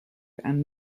and